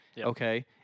Okay